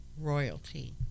royalty